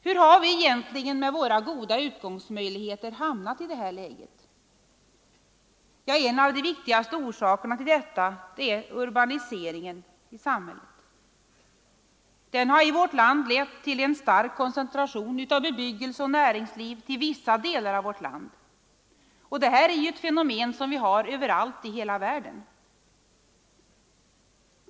Hur har vi egentligen med våra goda utgångsmöjligheter hamnat i det här läget? Ja, en av de viktigaste orsakerna till detta är urbaniseringen i samhället. Den har i vårt land lett till en stark koncentration av bebyggelse och näringsliv till vissa delar av landet. Det är ett fenomen som finns överallt i hela världen.